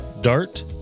dart